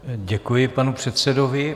Děkuji panu předsedovi.